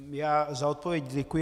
Já za odpověď děkuji.